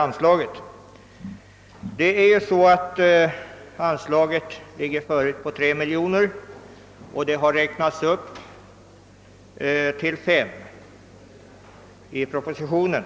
Anslaget är nu upptaget till 3 miljoner och har räknats upp till 5 miljoner kronor i propositionen.